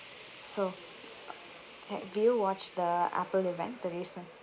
so uh have you watched the apple event the recent